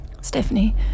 Stephanie